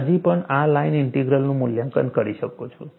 હું હજી પણ આ લાઇન ઇન્ટિગ્રલનું મૂલ્યાંકન કરી શકું છું